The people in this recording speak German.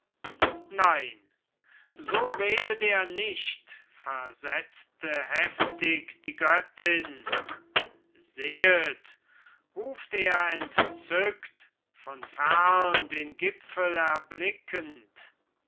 nein so redet er nicht versetzte heftig die göttin sehet ruft er entzückt von fern den gipfel erblickend